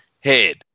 head